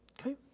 Okay